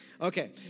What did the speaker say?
Okay